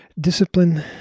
Discipline